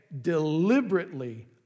deliberately